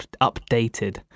updated